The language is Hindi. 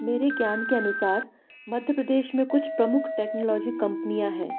मेरे ज्ञान के अनुसार मध्य प्रदेश में कुछ प्रमुख टेक्नोलॉजी कंपनियाँ हैं